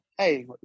Hey